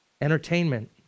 Entertainment